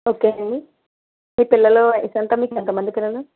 okay అండి మీ పిల్లలు వయసెంత మీకు ఎంతమంది పిల్లలు